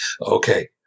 Okay